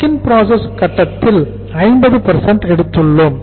WIP கட்டத்தில் 50 எடுத்துள்ளோம்